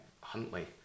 Huntley